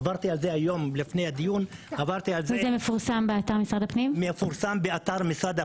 עברתי על זה היום לפני הדיון --- זה מפורסם באתר משרד הפנים?